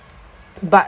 but